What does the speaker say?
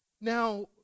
Now